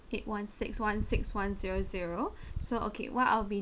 eight one six one six one zero zero so okay what I'll be